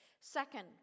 Second